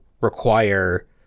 require